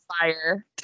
fire